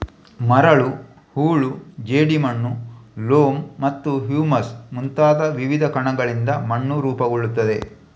ಮರಳು, ಹೂಳು, ಜೇಡಿಮಣ್ಣು, ಲೋಮ್ ಮತ್ತು ಹ್ಯೂಮಸ್ ಮುಂತಾದ ವಿವಿಧ ಕಣಗಳಿಂದ ಮಣ್ಣು ರೂಪುಗೊಳ್ಳುತ್ತದೆ